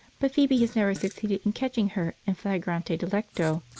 but phoebe has never succeeded in catching her in flagrante delicto.